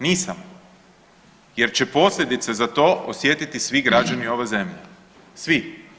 Nisam jer će posljedice za to osjetiti svi građani ove zemlje, svi.